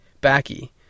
Backy